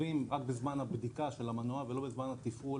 טובים רק בזמן הבדיקה של המנוע ולא בזמן התפעול.